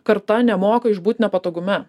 karta nemoka išbūt nepatogume